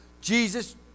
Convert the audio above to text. Jesus